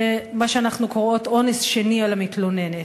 מה שאנחנו קוראות "אונס שני על המתלוננת".